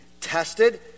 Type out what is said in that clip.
tested